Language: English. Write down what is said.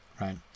right